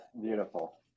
Beautiful